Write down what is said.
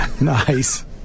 Nice